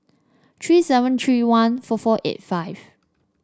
three seven three one four four eight five